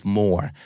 more